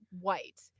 white